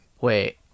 Wait